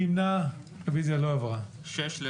אנחנו סמוכים ובטוחים שאתה תנצל כל כלי פרלמנטרי שיש בידך.